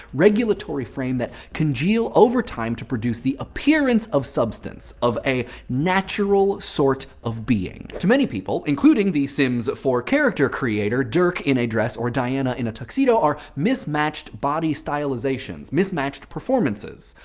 regulatory frame that congeal over time to produce the appearance of substance of a natural sort of being. to many people, including the sims four character creator, dirk in a dress or diana in a tuxedo are mismatched body stylizations, mismatched performances,